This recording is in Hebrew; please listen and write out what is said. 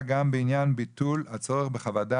הייתי בין מנהלי העמותה.